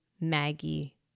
Maggie